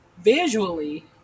visually